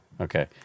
Okay